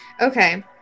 Okay